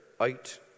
out